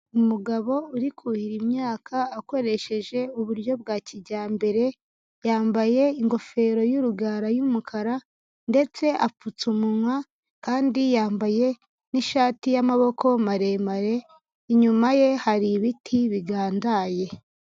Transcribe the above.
Umugabo uri kuhira imyaka akoresheje uburyo bwa kijyambere, yambaye ingofero y'urugara y'umukara ndetse apfutse umunwa, kandi yambaye n'ishati y'amaboko maremare, inyuma ye hari ibiti bigandaye.